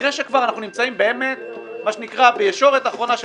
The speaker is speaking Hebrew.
אחרי שאנחנו כבר נמצאים בישורת האחרונה,